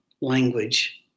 language